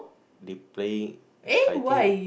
they playing I think